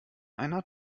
einer